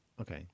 Okay